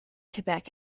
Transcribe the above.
quebec